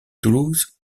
toulouse